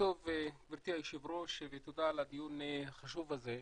גברתי היושבת-ראש ותודה על הדיון החשוב הזה.